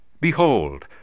behold